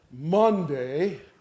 Monday